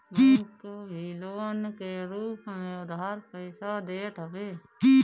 bank भी loan के रूप में उधार पईसा देत हवे